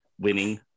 winning